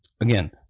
Again